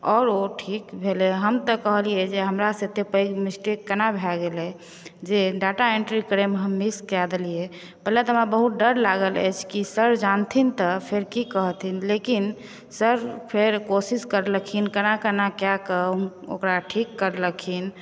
आओर ओ ठीक भेलै हम तऽ कहलिए हमरासँ एतेक पैघ मिसटेक कोना भऽ गेलै जे डाटा एन्ट्री करैमे हम मिस कऽ देलिए पहिने तऽ हमरा बहुत डर लागल अछि कि सर जानथिन तऽ फेर की कहथिन लेकिन सर फेर कोशिश करलखिन कोना कोना कऽ कऽ ओकरा ठीक करलखिन